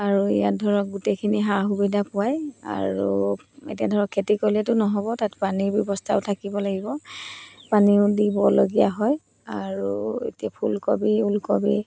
আৰু ইয়াত ধৰক গোটেইখিনি সা সুবিধা পোৱা যায় আৰু এতিয়া ধৰক খেতি কৰিলেতো নহ'ব তাত পানীৰ ব্যৱস্থাও থাকিব লাগিব পানীও দিবলগীয়া হয় আৰু এতিয়া ফুলকবি ওলকবি